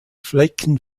flecken